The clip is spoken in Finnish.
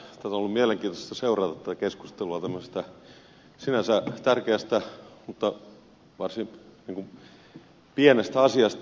on ollut mielenkiintoista seurata tätä keskustelua tämmöisestä sinänsä tärkeästä mutta varsin pienestä asiasta